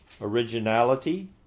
originality